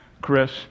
Chris